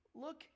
Look